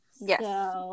Yes